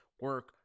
Work